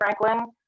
Franklin